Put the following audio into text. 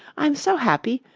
i'm so happy.